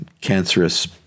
cancerous